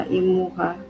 imuha